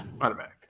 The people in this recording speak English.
Automatic